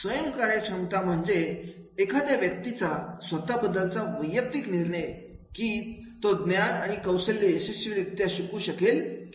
स्वयं कार्यक्षमता म्हणजे एखाद्या व्यक्तीचा स्वतःबद्दलचा वैयक्तिक निर्णय की तो ज्ञान आणि कौशल्य यशस्वीरित्या शिकू शकेल की नाही